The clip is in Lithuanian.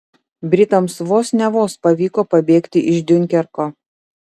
britams vos ne vos pavyko pabėgti iš diunkerko